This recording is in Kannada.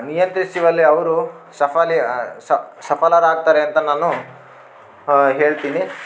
ನಿಯಂತ್ರಿಸುವಲ್ಲಿ ಅವ್ರು ಸಫಲ ಸಫಲರಾಗ್ತಾರೆ ಅಂತ ನಾನು ಹೇಳ್ತೀನಿ